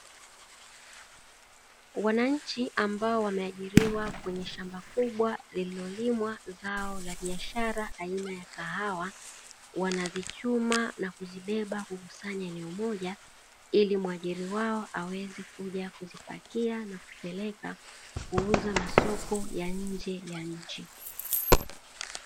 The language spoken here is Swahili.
Wananchi ambao wameajiriwa kwenye shamba kubwa lililo limwa zao la biashara aina ya kahawa, wanazichuma na kuzibeba kukusanya eneo moja ili mwajiri wao aweze kuja kuzipakia na kupeleka kuuza masoko ya nje ya nchi.